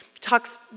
talks